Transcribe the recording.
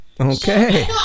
Okay